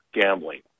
gambling